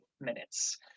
minutes